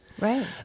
Right